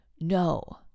no